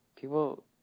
People